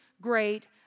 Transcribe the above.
great